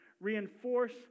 reinforce